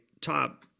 top